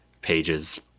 pages